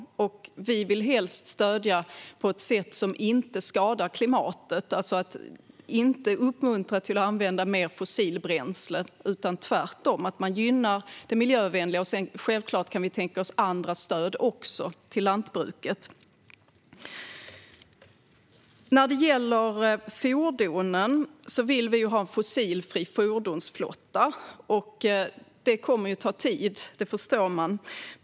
Vi vill helst stödja på ett sätt som inte skadar klimatet - alltså inte uppmuntra till att använda mer fossilbränsle utan tvärtom gynna det miljövänliga. Självklart kan vi sedan tänka oss andra stöd också till lantbruket. När det gäller fordonen vill vi ha en fossilfri fordonsflotta. Det kommer att ta tid - det förstår man.